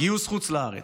גיוס חוץ לארץ.